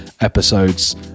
episodes